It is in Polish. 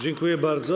Dziękuję bardzo.